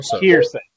hearsay